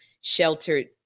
sheltered